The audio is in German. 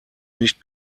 nicht